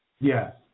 Yes